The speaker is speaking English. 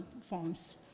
forms